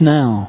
now